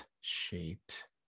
shaped